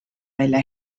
välja